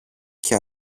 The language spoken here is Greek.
και